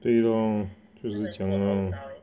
对 loh 就是这样 lor